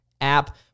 app